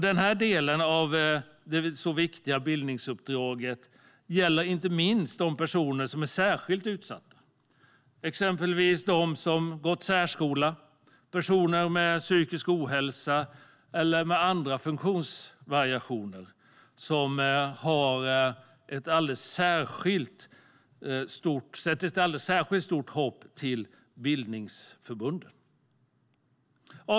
Denna del i det så viktiga bildningsuppdraget gäller inte minst personer som är särskilt utsatta, exempelvis de som har gått särskola, personer med psykisk ohälsa eller andra funktionsvariationer som sätter ett särskilt stort hopp till bildningsförbunden. Herr talman!